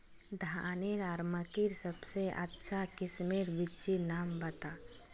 धानेर आर मकई सबसे अच्छा किस्मेर बिच्चिर नाम बता?